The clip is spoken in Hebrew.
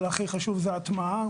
אבל הכי חשוב זה הטמעה,